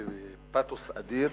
בפתוס אדיר,